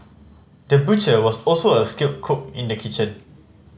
the butcher was also a skilled cook in the kitchen